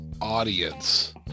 audience